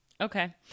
Okay